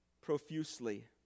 profusely